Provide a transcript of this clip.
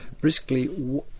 Briskly